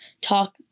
talk